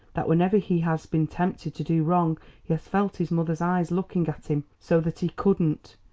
that whenever he has been tempted to do wrong he has felt his mother's eyes looking at him, so that he couldn't.